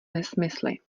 nesmysly